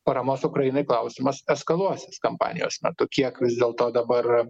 paramos ukrainai klausimas eskaluosis kampanijos metu kiek vis dėlto dabar